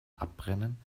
abbrennen